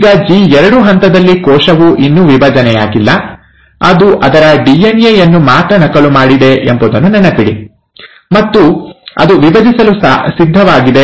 ಈಗ ಜಿ2 ಹಂತದಲ್ಲಿ ಕೋಶವು ಇನ್ನೂ ವಿಭಜನೆಯಾಗಿಲ್ಲ ಅದು ಅದರ ಡಿಎನ್ಎ ಯನ್ನು ಮಾತ್ರ ನಕಲು ಮಾಡಿದೆ ಎಂಬುದನ್ನು ನೆನಪಿಡಿ ಮತ್ತು ಅದು ವಿಭಜಿಸಲು ಸಿದ್ಧವಾಗಿದೆ